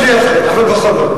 ואנחנו יכולים אפילו,